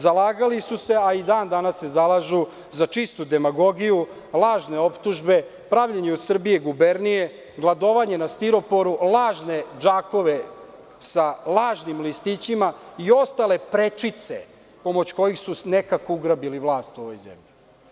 Zalagali su se, a i dan danas se zalažu za čistu demagogiju, lažne optužbe, pravljenju od Srbije gubernije, gladovanje na stiroporu, lažne džakove sa lažnim listićima i ostale prečice pomoću kojih su nekako ugrabili vlast u ovoj zemlji.